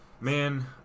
Man